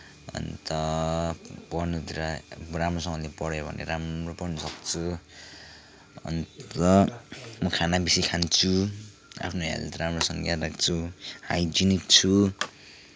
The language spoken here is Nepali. अन्त पढ्नुतिर राम्रोसँगले पढेँ भने राम्रो पढ्नसक्छु अन्त म खाना बेसी खान्छु आफ्नो हेल्थ राम्रोसँग ख्याल राख्छु हाइजेनिक छु